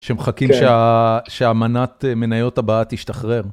שמחכים שהמנת מניות הבאה תשתחרר.